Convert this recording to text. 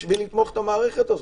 בשביל לתמוך את המערכת הזאת.